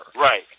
Right